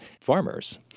farmers